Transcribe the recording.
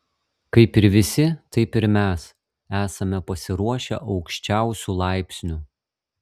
kaip ir visi taip ir mes esame pasiruošę aukščiausiu laipsniu